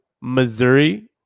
Missouri